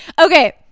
Okay